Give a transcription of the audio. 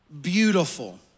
beautiful